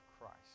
Christ